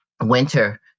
winter